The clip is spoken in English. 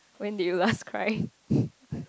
when did you last cry